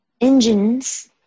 engines